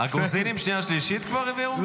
הגרוזינים שנייה ושלישית כבר העבירו?